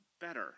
better